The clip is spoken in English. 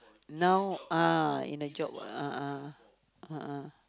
now ah in a job a'ah a'ah